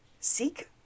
seek